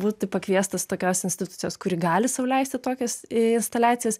būti pakviestas tokios institucijos kuri gali sau leisti tokias instaliacijas